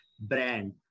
brand